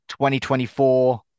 2024